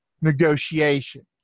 negotiation